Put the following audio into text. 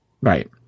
Right